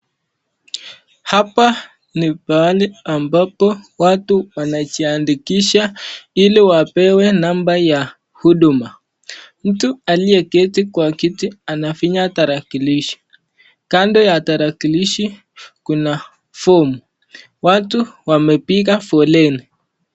Hapa ni pahali ambapo watu wanajiandikisha ili wapewe namber ya hudumu. Mtu aliyeketi kwa kiti anafinya tarakilishi. Kando ya tarakilishi kuna fomu, watu wamepiga foleni.